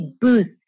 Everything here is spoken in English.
boost